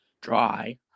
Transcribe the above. dry